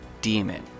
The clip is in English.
demon